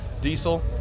diesel